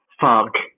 fuck